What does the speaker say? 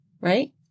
right